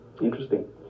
interesting